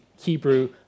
Hebrew